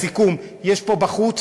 ולסיכום, יש פה בחוץ